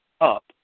up